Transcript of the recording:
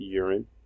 urine